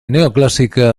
neoclásica